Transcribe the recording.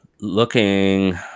Looking